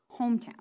hometown